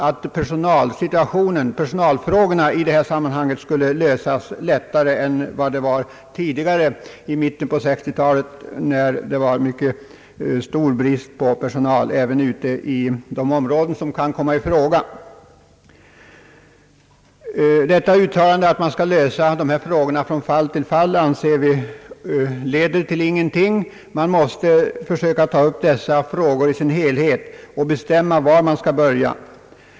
Vi tror också att personalproblemet numera kan lösas lättare än som var möjligt i mitten på 1960-talet, när personalbristen var mycket stor även i de områden dit utflyttningar kan tänkas ske. Uttalandet att man skall lösa dessa problem från fall till fall leder enligt vår mening till ingenting — man måste försöka ta upp frågorna i deras helhet och bestämma var man skall börja.